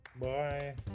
Bye